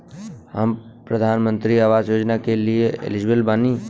हम प्रधानमंत्री आवास योजना के लिए एलिजिबल बनी?